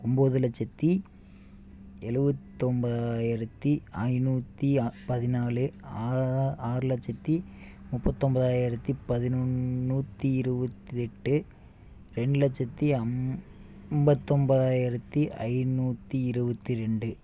ஒம்போது லட்சத்தி எழுபத்தொம்பதாயிரத்தி ஐநூற்றி அ பதினாலு ஆரா ஆறு லட்சத்தி முப்பத்தொம்பதாயிரத்தி பதினொன்று நூற்றி இருவபத்தி எட்டு ரெண்டு லட்சத்தி அம் ஐம்பதொம்பதாயிரத்தி ஐநூற்றி இருபத்தி ரெண்டு